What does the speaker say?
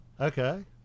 Okay